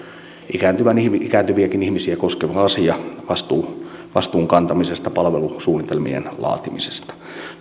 ikääntyviäkin ihmisiä koskeva asia vastuun kantamisesta palvelusuunnitelmien laatimisesta